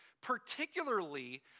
particularly